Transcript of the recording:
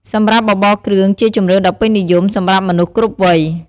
សម្រាប់បបរគ្រឿងជាជម្រើសដ៏ពេញនិយម សម្រាប់មនុស្សគ្រប់វ័យ។